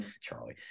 Charlie